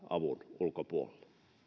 avun ulkopuolelle